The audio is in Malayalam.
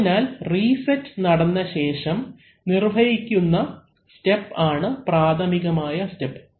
അതിനാൽ റീസെറ്റ് നടന്ന ശേഷം നിർവഹിക്കുന്ന സ്റ്റെപ് ആണ് പ്രാഥമികമായ സ്റ്റെപ്